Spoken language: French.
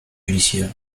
judiciaire